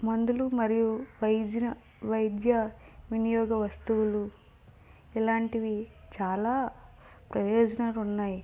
మందులు మరియు వైద్య వైద్య వినియోగ వస్తువులు ఇలాంటివి చాలా ప్రయోజనాలు ఉన్నాయి